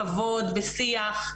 כבוד ושיח,